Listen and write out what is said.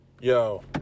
Yo